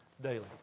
daily